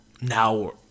now